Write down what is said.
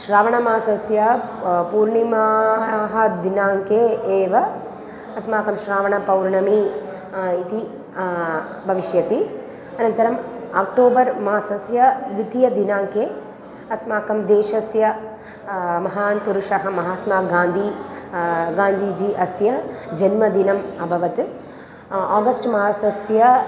श्रावणमासस्य पूर्णिमाः दिनाङ्के एव अस्माकं श्रावणपौर्णिमा इति भविष्यति अनन्तरम् अक्टोबर् मासस्य द्वितीयदिनाङ्के अस्माकं देशस्य महान् पुरुषः महात्मागान्धी गान्धीजी अस्य जन्मदिनम् अभवत् अगस्ट् मासस्य